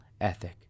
ethic